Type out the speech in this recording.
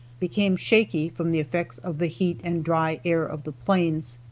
became shaky from the effects of the heat and dry air of the plains.